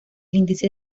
índice